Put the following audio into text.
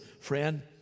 friend